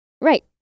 Right